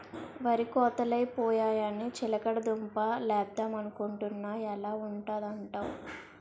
వరి కోతలై పోయాయని చిలకడ దుంప లేద్దమనుకొంటున్నా ఎలా ఉంటదంటావ్?